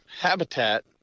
habitat